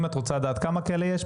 אם את רוצה לדעת כמה כאלה יש,